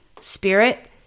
spirit